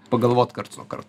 pagalvot karts nuo karto